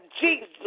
Jesus